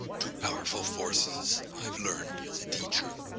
two powerful forces i've learned as a teacher